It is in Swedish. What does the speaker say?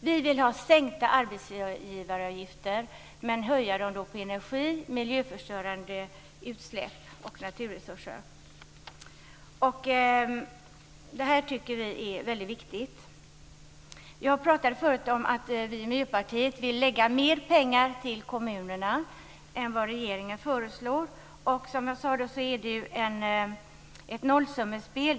Vi vill ha sänkta arbetsgivaravgifter, men höjda skatter på energi, miljöförstörande utsläpp och naturresurser. Detta tycker vi är väldigt viktigt. Jag pratade förut om att vi i Miljöpartiet vill lägga mer pengar på kommunerna än vad regeringen föreslår. Som jag sade är det ett nollsummespel.